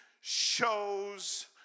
shows